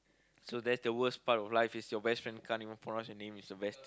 so that's the worst part of life is your best friend can't even pronounce your name is the best